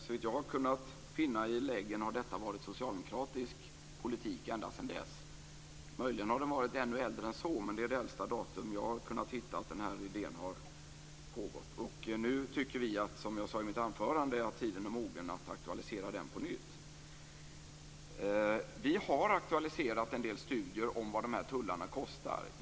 Såvitt jag har kunnat finna i läggen har detta varit socialdemokratisk politik ända sedan dess. Möjligen är den ännu äldre än så, men det är det äldsta datum som jag har kunnat hitta för när denna idé väcktes. Nu tycker vi, som jag sade i mitt anförande, att tiden är mogen att aktualisera den på nytt. Vi har aktualiserat en del studier om vad dessa tullar kostar.